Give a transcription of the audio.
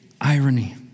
irony